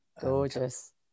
Gorgeous